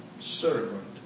servant